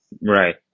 Right